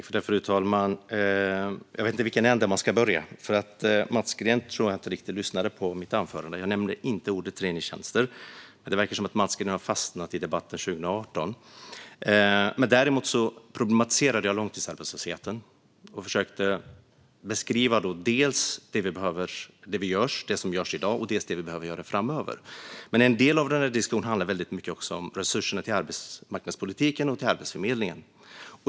Fru talman! Jag vet inte i vilken ände jag ska börja. Jag tror inte att Mats Green riktigt lyssnade på mitt anförande. Jag nämnde inte ordet traineetjänster. Det verkar som att Mats Green har fastnat i debatten från 2018. Däremot problematiserade jag långtidsarbetslösheten och försökte beskriva dels det som vi gör i dag, dels det som vi behöver göra framöver. Men en del av diskussionen handlar mycket om resurserna till arbetsmarknadspolitiken och Arbetsförmedlingen.